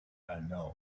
unknown